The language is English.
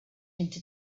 into